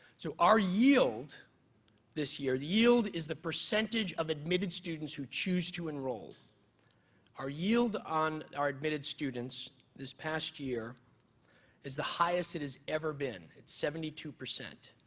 so our yield this year the yield is the percentage of admitted students who choose to enroll our yield on our admitted students this past year is the highest it has ever been. it's seventy two.